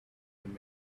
had